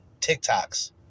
TikToks